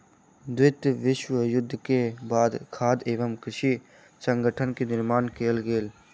द्वितीय विश्व युद्ध के बाद खाद्य एवं कृषि संगठन के निर्माण कयल गेल